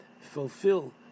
fulfill